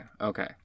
Okay